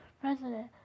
president